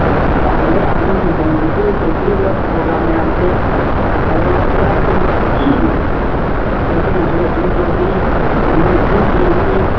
ꯑꯁ ꯌꯥꯝꯈ꯭ꯔꯦ ꯑꯍꯟꯂꯣꯝꯒꯤꯁꯨ ꯇꯧꯗꯣꯔꯤꯕ ꯄ꯭ꯔꯣꯒ꯭ꯔꯥꯝ ꯃꯌꯥꯝꯁꯦ ꯑꯗꯣ ꯑꯩꯍꯥꯛꯁꯨ ꯄꯣꯠ ꯆꯩꯁꯨ ꯑꯗꯨꯝ ꯌꯣꯟꯅꯤ ꯀꯨꯝꯃꯩꯁꯨ ꯌꯦꯡꯅꯤ